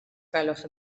gwelwch